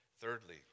Thirdly